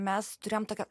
mes turėjom tokią